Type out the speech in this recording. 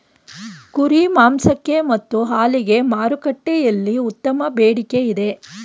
ಕುರಿ ಮಾಂಸಕ್ಕೆ ಮತ್ತು ಹಾಲಿಗೆ ಮಾರುಕಟ್ಟೆಯಲ್ಲಿ ಉತ್ತಮ ಬೇಡಿಕೆ ಇದೆ